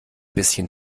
bisschen